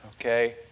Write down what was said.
okay